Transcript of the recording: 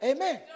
Amen